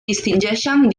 distingeixen